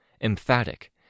emphatic